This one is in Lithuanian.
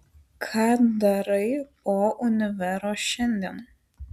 ką darai po univero šiandien